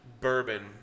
Bourbon